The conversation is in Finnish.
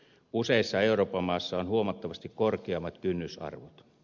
useissa euroopan maissa on huomattavasti korkeammat kynnysarvot